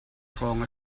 hrawng